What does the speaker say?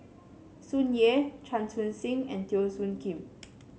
Tsung Yeh Chan Chun Sing and Teo Soon Kim